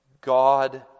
God